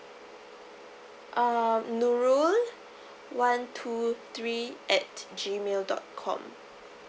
uh nurul one two three at G mail dot com